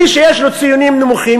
מי שיש לו ציונים נמוכים,